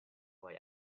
why